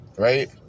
Right